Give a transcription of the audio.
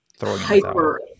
hyper